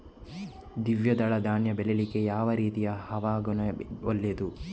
ದ್ವಿದಳ ಧಾನ್ಯ ಬೆಳೀಲಿಕ್ಕೆ ಯಾವ ರೀತಿಯ ಹವಾಗುಣ ಒಳ್ಳೆದು?